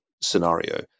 scenario